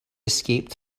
escaped